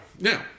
Now